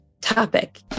topic